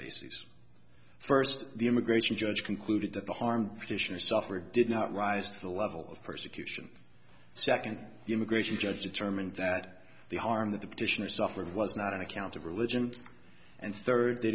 basis first the immigration judge concluded that the harm petitioners suffered did not rise to the level of persecution second the immigration judge determined that the harm that the petitioner suffered was not an account of religion and third they